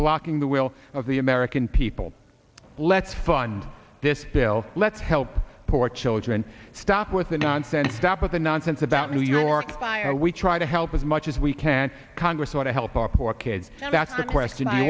blocking the will of the american people let's fun this bill let's help poor children stop with the nonsense stop with the nonsense about new york fire we try to help as much as we can congress ought to help our poor kids that's the question i